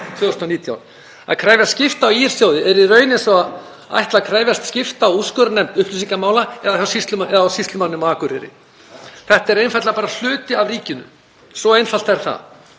Að krefjast skipta á ÍL-sjóði er í rauninni eins og að ætla að krefjast skipta á úrskurðarnefnd upplýsingamála eða hjá sýslumanninum á Akureyri. Þetta er einfaldlega bara hluti af ríkinu. Svo einfalt er það.